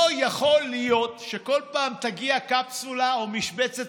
לא יכול להיות שכל פעם תגיע קפסולה או משבצת